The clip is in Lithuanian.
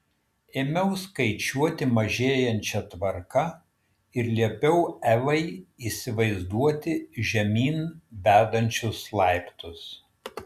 ėmiau skaičiuoti mažėjančia tvarka ir liepiau evai įsivaizduoti žemyn vedančius laiptus